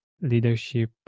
leadership